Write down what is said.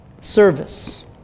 service